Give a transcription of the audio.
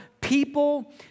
people